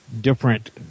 different